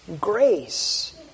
grace